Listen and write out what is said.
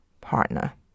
partner